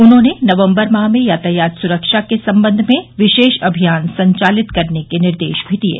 उन्होंने नवम्बर माह में यातायात सुरक्षा के संबंध में विशेष अभियान संचालित करने के निर्देश भी दिये